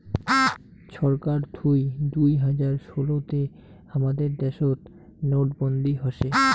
ছরকার থুই দুই হাজার ষোলো তে হামাদের দ্যাশোত নোটবন্দি হসে